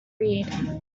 read